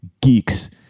geeks